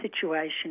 situation